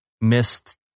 missed